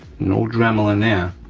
no dremeling there.